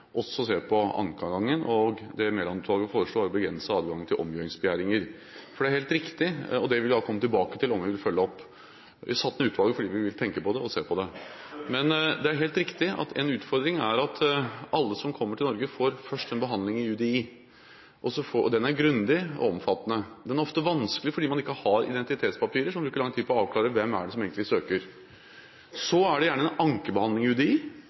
også se på ankeadgangen. Det Mæland-utvalget foreslo, var å begrense adgangen til omgjøringsbegjæringer, og det vil vi komme tilbake til om vi vil følge opp. Vi satte ned utvalget fordi vi ville tenke på det og se på det. Men det er helt riktig at en utfordring er at alle som kommer til Norge, først får en behandling i UDI. Den er grundig og omfattende, men ofte vanskelig fordi man ikke har identitetspapirer, så man bruker lang tid på å avklare: Hvem er det som egentlig søker? Så er det gjerne en ankebehandling i UDI,